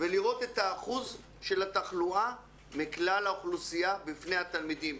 ולראות את האחוז של התחלואה מכלל האוכלוסייה בפני התלמידים.